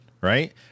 Right